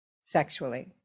sexually